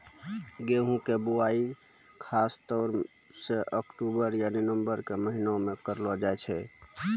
गेहूँ के बुआई खासतौर सॅ अक्टूबर या नवंबर के महीना मॅ करलो जाय छै